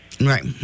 Right